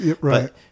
Right